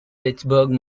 pittsburgh